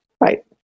Right